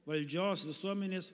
valdžios visuomenės